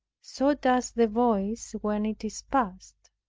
so does the voice when it is past.